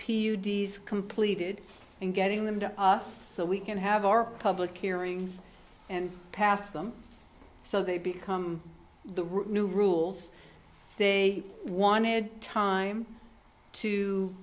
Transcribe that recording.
d s completed and getting them to us so we can have our public hearings and pass them so they become the new rules they wanted time to